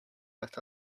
let